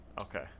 Okay